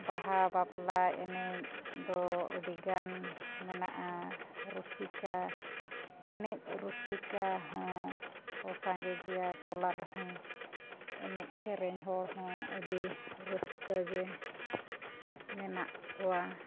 ᱵᱟᱦᱟ ᱵᱟᱯᱞᱟ ᱮᱱᱮᱡ ᱫᱚ ᱟᱹᱰᱤᱜᱟᱱ ᱢᱮᱱᱟᱜᱼᱟ ᱨᱩᱥᱤᱠᱟ ᱮᱱᱮᱡ ᱨᱩᱥᱤᱠᱟ ᱦᱚᱸ ᱥᱟᱸᱜᱮ ᱜᱮᱭᱟ ᱴᱚᱞᱟ ᱨᱮᱦᱚᱸ ᱮᱱᱮᱡ ᱥᱮᱨᱮᱧ ᱦᱚᱲ ᱦᱚᱸ ᱟᱹᱰᱤ ᱨᱟᱹᱥᱠᱟᱹ ᱜᱮ ᱢᱮᱱᱟᱜ ᱠᱚᱣᱟ